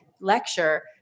lecture